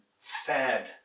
fad